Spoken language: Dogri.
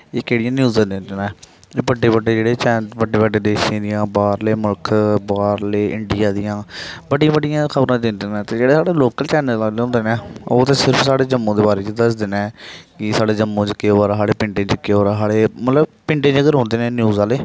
एह् केह्ड़िया न्यूजां दिंदे न एह् बड्डे बड्डे जेह्ड़े चैन बड्डे बड्डे देसै दियां बाह्रले मुल्खै बाह्रले इंडिया दियां बड्डियां बड्डिया खब़रां दिंदे न ते जेह्ड़े साढ़े लोकल चैनल आह्ले होंदे न ओह् ते सिर्फ साढ़े जम्मू दे बारे च दसदे न कि साढ़े जम्मू च केह् होआ दा साढ़े पिंडे च केह् होआ दा मतलब पिंडे च गै रौंह्दे न न्यूज आह्ले